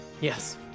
yes